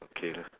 okay lah